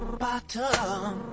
bottom